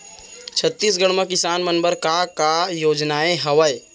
छत्तीसगढ़ म किसान मन बर का का योजनाएं हवय?